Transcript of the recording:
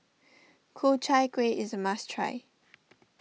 Ku Chai Kueh is a must try